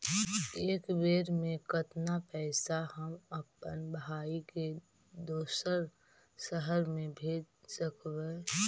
एक बेर मे कतना पैसा हम अपन भाइ के दोसर शहर मे भेज सकबै?